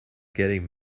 getting